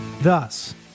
Thus